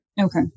Okay